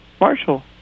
Marshall